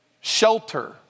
Shelter